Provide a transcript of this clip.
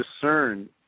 discern